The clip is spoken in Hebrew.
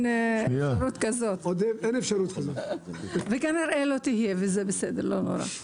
אפשרות כזאת וכנראה לא תהיה וזה בסדר לא נורא.